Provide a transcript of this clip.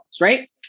right